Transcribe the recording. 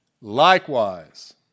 Likewise